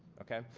okay?